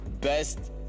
best